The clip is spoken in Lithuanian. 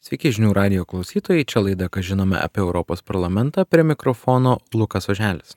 sveiki žinių radijo klausytojai čia laida ką žinome apie europos parlamentą prie mikrofono lukas oželis